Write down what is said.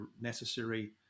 necessary